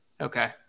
Okay